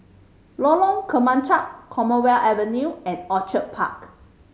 Lorong Kemunchup Commonwealth Avenue and Orchid Park